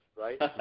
right